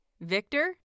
Victor